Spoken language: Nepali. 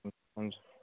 हुन्छ